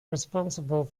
responsible